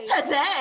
today